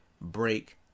break